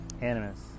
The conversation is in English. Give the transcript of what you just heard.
animus